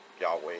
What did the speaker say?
Yahweh